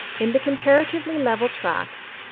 in the comparatively level tracts,